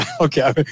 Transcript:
okay